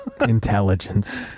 intelligence